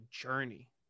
journey